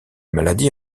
maladie